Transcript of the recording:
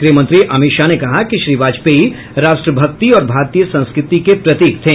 गृहमंत्री अमित शाह ने कहा कि श्री वाजयेपी राष्ट्रभक्ति और भारतीय संस्कृति के प्रतीक थे